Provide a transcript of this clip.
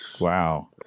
Wow